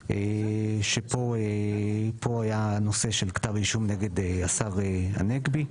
שפה היה נושא של כתב האישום נגד השר הנגבי.